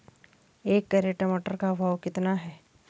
एक कैरेट टमाटर का भाव कितना है?